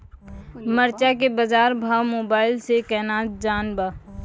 मरचा के बाजार भाव मोबाइल से कैनाज जान ब?